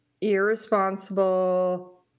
Irresponsible